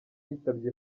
yitabye